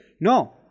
no